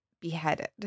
beheaded